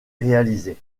réalisées